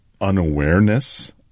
unawareness